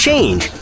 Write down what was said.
Change